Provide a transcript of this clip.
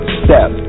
step